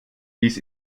dies